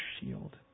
shield